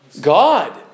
God